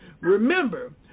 Remember